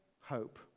hope